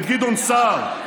את גדעון סער,